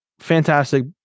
fantastic